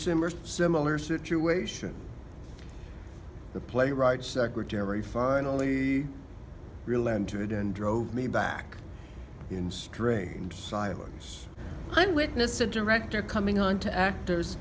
similar similar situation the playwright secretary finally relented and drove me back in strange silence and witness a director coming on to actors